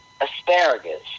asparagus